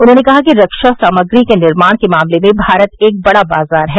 उन्होंने कहा कि रक्षा सामग्री के निर्माण के मामले में भारत एक बड़ा बाजार है